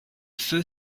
feu